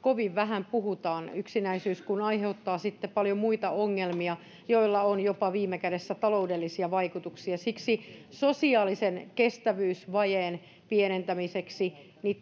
kovin vähän puhutaan yksinäisyys kun aiheuttaa paljon muita ongelmia joilla on viime kädessä jopa taloudellisia vaikutuksia siksi sosiaalisen kestävyysvajeen pienentämiseksi